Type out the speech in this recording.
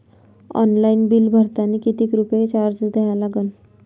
Online bill भरतानी कितीक रुपये चार्ज द्या लागन?